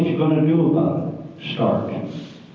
going to do about it? start